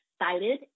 excited